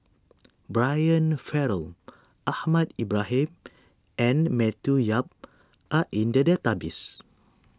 Brian Farrell Ahmad Ibrahim and Matthew Yap are in the database